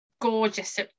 gorgeous